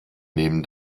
nehmen